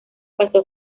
pasó